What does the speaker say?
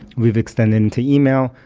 we've extended into yeah e-mail,